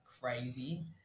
crazy